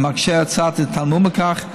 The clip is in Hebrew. ומגישי הצעת החוק התעלמו מכך,